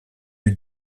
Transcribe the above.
eut